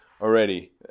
already